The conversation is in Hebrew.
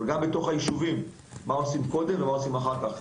וגם בתוך היישובים מה עושים קודם ומה עושים אחר כך.